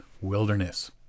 wilderness